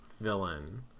villain